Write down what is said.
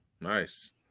nice